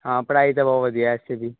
ਹਾਂ ਪੜਾਈ ਦਾ ਬਹੁਤ ਵਧੀਆ ਇੱਥੋਂ ਦੀ